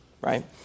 right